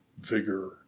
vigor